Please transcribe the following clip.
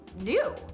new